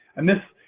and this